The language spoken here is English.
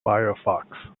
firefox